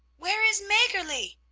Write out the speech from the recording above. where is maggerli?